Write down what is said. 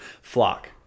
flock